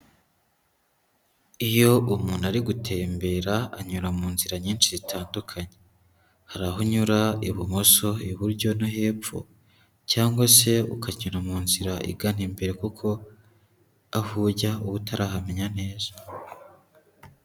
Iyo umuntu ari gutembera, anyura mu nzira nyinshi zitandukanye. Hari aho unyura ibumoso, iburyo no hepfo, cyangwa se ukanyura mu nzira igana imbere, kuko aho ujya uba utarahamenya neza.